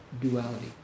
duality